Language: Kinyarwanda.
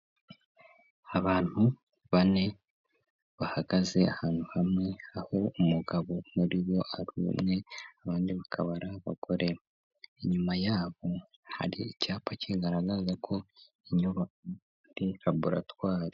Abantu bane bahagaze ahantu hamwe aho umugabo muri bo ari umwe, abandi bakaba ari abagore inyuma yabo hari icyapa kigaragaza ko inyubako ari laboratware.